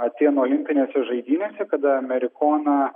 atėnų olimpinėse žaidynėse kada amerikoną